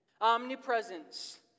Omnipresence